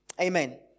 Amen